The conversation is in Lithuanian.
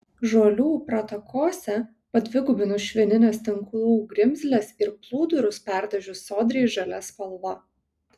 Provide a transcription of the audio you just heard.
žolių pratakose padvigubinus švinines tinklų grimzles ir plūdurus perdažius sodriai žalia spalva